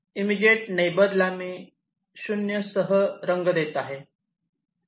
immediate neighbour ला मी 0 सह रंग देत आहे